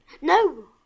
no